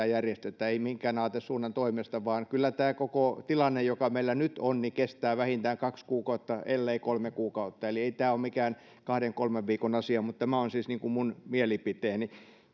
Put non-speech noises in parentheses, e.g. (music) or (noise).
(unintelligible) järjestetä ei minkään aatesuunnan toimesta vaan kyllä tämä koko tilanne joka meillä nyt on kestää vähintään kaksi ellei kolme kuukautta eli ei tämä ole mikään kahden kolmen viikon asia mutta tämä on siis minun mielipiteeni